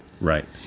right